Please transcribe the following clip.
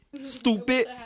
Stupid